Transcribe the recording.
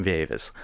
Davis